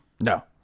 No